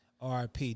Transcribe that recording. RIP